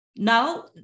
Now